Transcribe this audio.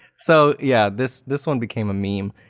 so yeah, this this one became a meme.